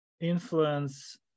influence